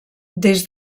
des